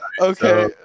Okay